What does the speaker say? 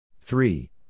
three